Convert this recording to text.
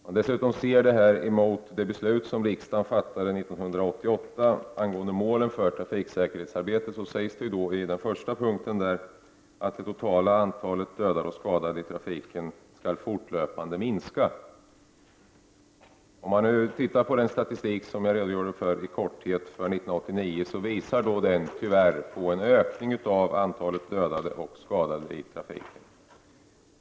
Detta skall ses mot bakgrund av det beslut som riksdagen fattade 1988 om målen för trafiksäkerhetsarbetet. I punkt 1 fastslogs att det totala antalet dödade och skadade i trafiken skall minskas fortlöpande. Ser man på den statistik från år 1989 som jag i korthet berörde framgår det tyvärr att det har skett en ökning av antalet dödade och skadade i trafiken.